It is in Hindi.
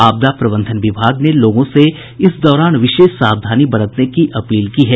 आपदा प्रबंधन विभाग ने लोगों से इस दौरान विशेष सावधानी बरतने की अपील की है